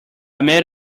met